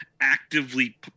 actively